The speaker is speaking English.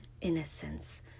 innocence